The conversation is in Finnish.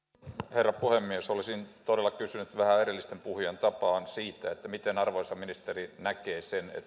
herra puhemies olisin todella kysynyt vähän edellisten puhujien tapaan siitä miten arvoisa ministeri näkee sen että myöskin